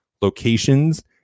locations